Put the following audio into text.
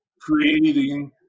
creating